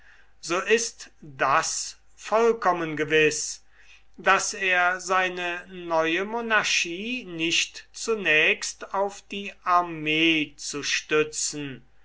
so ist das vollkommen gewiß daß er seine neue monarchie nicht zunächst auf die armee zu stützen